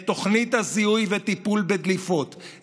את תוכנית זיהוי הדליפות והטיפול בהן,